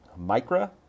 Micra